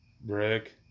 Brick